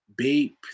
Bape